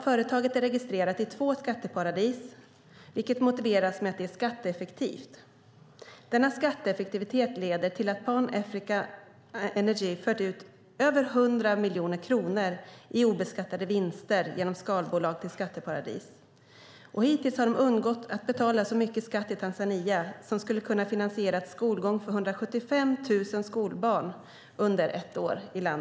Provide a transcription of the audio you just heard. Företaget är registrerat i två skatteparadis, vilket motiveras med att det är skatteeffektivt. Denna skatteeffektivitet har lett till att Pan Africa Energy fört ut över 100 miljoner kronor i obeskattade vinster genom skalbolag till skatteparadis. Den skatt de hittills undgått att betala i Tanzania skulle ha kunnat finansiera skolgång för 175 000 barn under ett år.